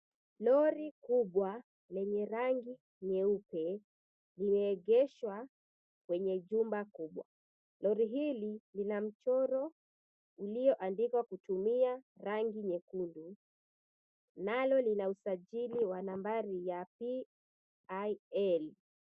Lori kubwa lenye rangi nyeupe limeegeshwa kwenye jumba kubwa. Lori hili lina mchoro ulioandikwa kutumia rangi nyekundu, nalo lina usajili wa nambari ya PIL.